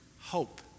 hope